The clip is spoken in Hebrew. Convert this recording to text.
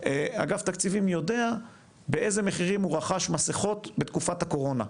אג"ת יודע באיזה מחירים הוא רכש מסיכות בתקופת הקורונה,